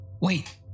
Wait